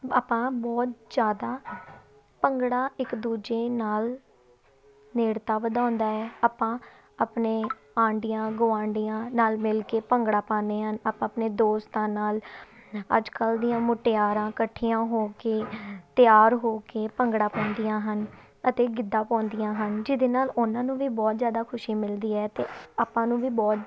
ਆਪਾਂ ਬਹੁਤ ਜ਼ਿਆਦਾ ਭੰਗੜਾ ਇੱਕ ਦੂਜੇ ਨਾਲ ਨੇੜਤਾ ਵਧਾਉਂਦਾ ਹੈ ਆਪਾਂ ਆਪਣੇ ਆਢੀਆਂ ਗੁਆਂਡੀਆਂ ਨਾਲ ਮਿਲ ਕੇ ਭੰਗੜਾ ਪਾਉਂਦੇ ਹਾਂ ਆਪ ਆਪਣੇ ਦੋਸਤਾਂ ਨਾਲ ਅੱਜ ਕੱਲ੍ਹ ਦੀਆਂ ਮੁਟਿਆਰਾਂ ਇਕੱਠੀਆਂ ਹੋ ਕੇ ਤਿਆਰ ਹੋ ਕੇ ਭੰਗੜਾ ਪਾਉਂਦੀਆਂ ਹਨ ਅਤੇ ਗਿੱਧਾ ਪਾਉਂਦੀਆਂ ਹਨ ਜਿਹਦੇ ਨਾਲ ਉਹਨਾਂ ਨੂੰ ਵੀ ਬਹੁਤ ਜ਼ਿਆਦਾ ਖੁਸ਼ੀ ਮਿਲਦੀ ਹੈ ਅਤੇ ਆਪਾਂ ਨੂੰ ਵੀ ਬਹੁਤ